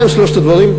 מה הם שלושת הדברים?